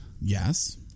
Yes